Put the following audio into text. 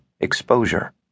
exposure